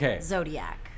Zodiac